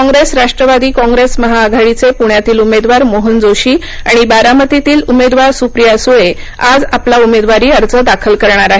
काँप्रेस राष्ट्रवादी काँप्रेस महाआघाडीचे पुण्यातील उमेदवार मोहन जोशी आणि बारामतीतील उमेदवार सुप्रिया सुळे आज आपला उमेदवारी अर्ज दाखल करणार आहेत